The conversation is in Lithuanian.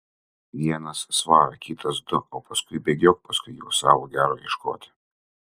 vienas svarą kitas du o paskui bėgiok paskui juos savo gero ieškoti